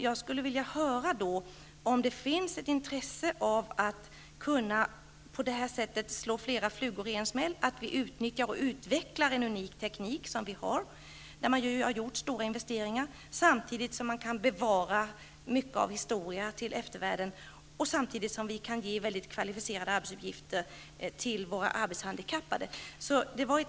Jag skulle vilja höra om det finns ett intresse hos regeringen för att på detta sätt slå flera flugor i en smäll genom att utveckla och utnyttja en unik teknik -- stora investeringar har gjorts -- samtidigt som man kan bevara mycket av historien till eftervärlden och ge kvalificerade arbetsuppgifter åt våra arbetshandikappade.